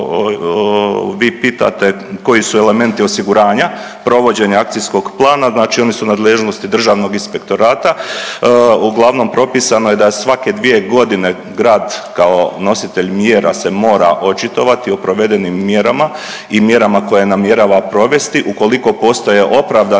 vi pitate koji su elementi osiguranja provođenja akcijskog plana, znači oni su u nadležnosti državnog inspektorata, uglavnom propisano je da svake 2.g. grad kao nositelj mjera se mora očitovati o provedenim mjerama i mjerama koje namjerava provesti. Ukoliko postoje opravdani